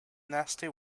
nasty